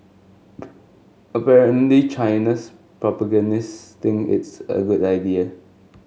apparently China's propagandists think it's a good idea